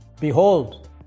Behold